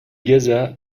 gaza